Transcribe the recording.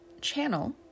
channel